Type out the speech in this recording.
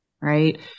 Right